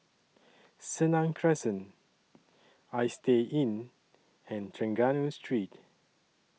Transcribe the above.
Senang Crescent Istay Inn and Trengganu Street